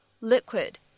liquid